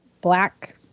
black